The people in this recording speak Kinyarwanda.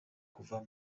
kuva